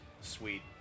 Sweet